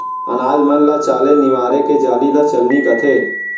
अनाज मन ल चाले निमारे के जाली ल चलनी कथें